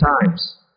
times